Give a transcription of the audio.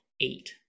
eight